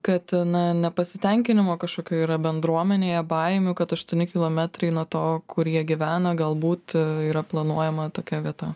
kad na nepasitenkinimo kažkokio yra bendruomenėje baimių kad aštuoni kilometrai nuo to kur jie gyvena galbūt yra planuojama tokia vieta